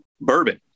Bourbon